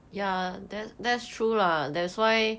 yeah